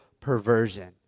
perversion